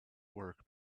work